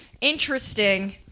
interesting